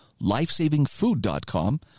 LifesavingFood.com